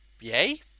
Yay